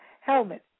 helmet